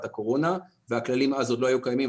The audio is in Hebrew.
הקורונה והכללים אז עוד לא היו קיימים,